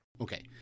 Okay